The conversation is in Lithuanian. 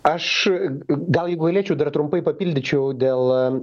aš gal ju gvailėčiau dar trumpai papildyčiau dėl